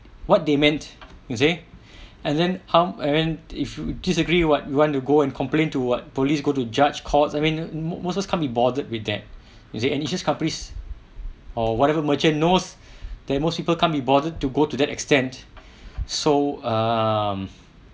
what they meant you see and then how and then if you disagree with what you want to go and complain to what police go to judge courts I mean most of us can't be bothered with that you see and insurance companies or whatever merchant knows that most people can't be bothered to go to that extent so um